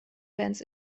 bands